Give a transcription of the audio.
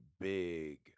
big